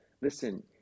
listen